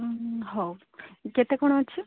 ହଉ କେତେ କ'ଣ ଅଛି